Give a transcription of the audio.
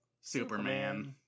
Superman